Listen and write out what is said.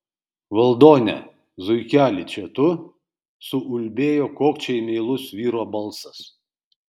valdone zuikeli čia tu suulbėjo kokčiai meilus vyro balsas